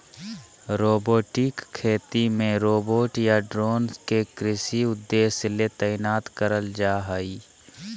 robotic खेती मे robot या ड्रोन के कृषि उद्देश्य ले तैनात करल जा हई